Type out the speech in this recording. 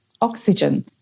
oxygen